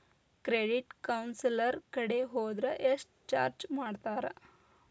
Credit counsellor ಕಡೆ ಹೊದ್ರ ಯೆಷ್ಟ್ ಚಾರ್ಜ್ ಮಾಡ್ತಾರ?